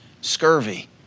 scurvy